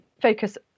focus